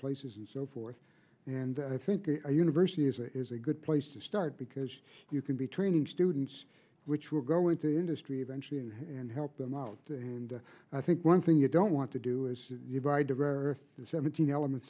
places and so forth and i think the university is a is a good place to start because you can be training students which will go into the industry eventually and help them out and i think one thing you don't want to do is divide are seventeen elements